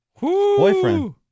Boyfriend